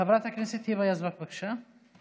חברת הכנסת היבה יזבק, בבקשה,